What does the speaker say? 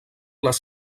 les